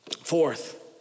Fourth